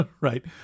Right